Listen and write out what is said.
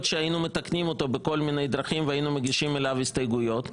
שהיינו מתקנים אותו בכל מיני דרכים והיינו מגישים עליו הסתייגויות.